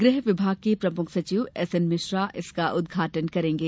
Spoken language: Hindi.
गृह विभाग के प्रमुख सचिव एस एन मिश्रा इसका उदघाटन करेंगे